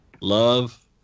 love